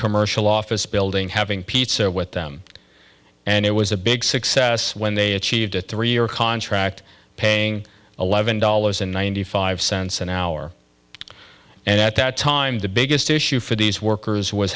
commercial office building having pizza with them and it was a big success when they achieved a three year contract paying eleven dollars and ninety five cents an hour and at that time the biggest issue for these workers was